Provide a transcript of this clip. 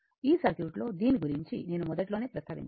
ఈ సర్క్యూట్ లో దీని గురించి నేను మొదట్లోనే ప్రస్తావించాను